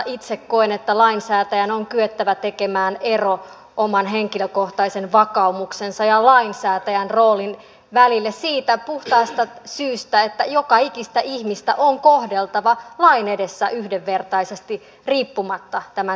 itse koen että lainsäätäjän on kyettävä tekemään ero oman henkilökohtaisen vakaumuksensa ja lainsäätäjän roolin välillä siitä puhtaasta syystä että joka ikistä ihmistä on kohdeltava lain edessä yhdenvertaisesti riippumatta tämän seksuaalisesta suuntautumisesta